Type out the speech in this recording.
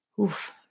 Oof